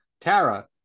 Tara